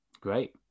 Great